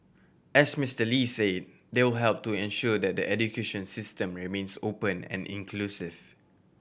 as Mister Lee say they will help to ensure that the education system remains open and inclusive